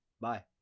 Bye